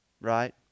Right